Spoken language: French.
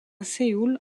séoul